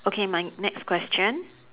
okay my next question